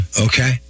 Okay